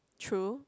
true